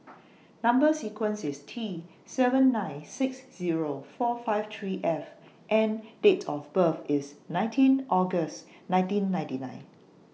Number sequence IS T seven nine six Zero four five three F and Date of birth IS nineteen August nineteen ninety nine